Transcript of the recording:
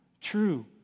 true